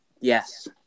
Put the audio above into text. Yes